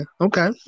okay